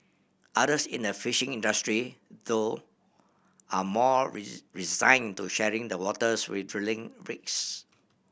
others in the fishing industry though are more resigned to sharing the waters with drilling rigs